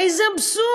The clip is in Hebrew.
הרי זה אבסורד.